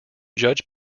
judge